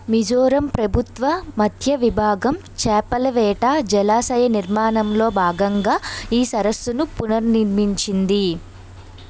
మిజోరం ప్రభుత్వ మత్స్య విభాగం చేపలవేట జలాశయ నిర్మాణంలో భాగంగా ఈ సరస్సును పునర్నిర్మించింది